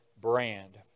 brand